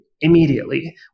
Immediately